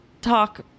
talk